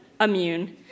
immune